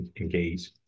engage